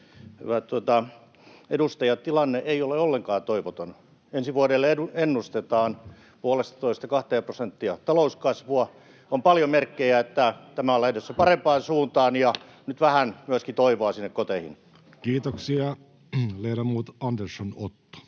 hyvät edustajat, tilanne ei ole ollenkaan toivoton. Ensi vuodelle ennustetaan puolestatoista kahteen prosenttia talouskasvua. On paljon merkkejä, että tämä on lähdössä parempaan suuntaan. Nyt vähän myöskin toivoa sinne koteihin. Ledamot Andersson, Otto,